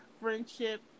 friendship